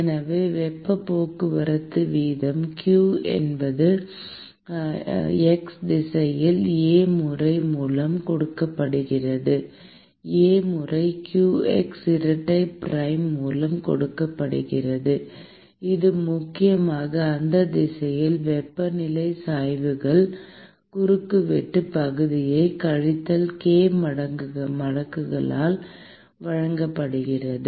எனவே வெப்பப் போக்குவரத்து வீதம் q என்பது x திசையில் A முறை மூலம் கொடுக்கப்படுகிறது A முறை qx இரட்டைப் பிரைம் மூலம் கொடுக்கப்படுகிறது இது முக்கியமாக அந்தத் திசையில் வெப்பநிலை சாய்வுக்குள் குறுக்கு வெட்டுப் பகுதியைக் கழித்தல் k மடங்குகளால் வழங்கப்படுகிறது